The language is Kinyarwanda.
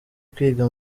kwiga